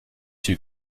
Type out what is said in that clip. too